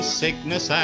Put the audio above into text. sickness